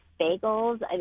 bagels